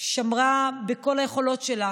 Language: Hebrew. שמרה בכל היכולות שלה